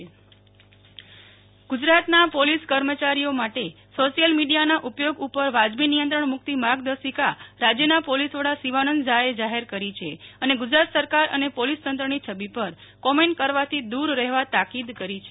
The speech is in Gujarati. નેહલ ઠક્કર શિવાન ઝા ગુજરાતમાં પોલીસ કર્મચારીઓ માટે સોશિયલ મીડિયાના ઉપયોગ ઉપર વાજબી નિયંત્રણ મુકતી માર્ગદર્શિકા રાજ્યના પોલીસ વડા શિવાનંદ જાએ જાહેર કરી છે અને ગુજરાત સરકાર અને પોલીસ તંત્રની છબી પર કોમેન્ટ કરવાથી દુર કરવા તાકીદ કરી છે